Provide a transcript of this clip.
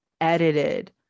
edited